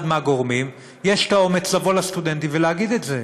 מהגורמים יש את האומץ לבוא לסטודנטים ולהגיד את זה.